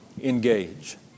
engage